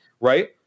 right